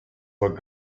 por